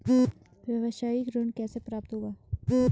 व्यावसायिक ऋण कैसे प्राप्त होगा?